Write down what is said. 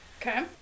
Okay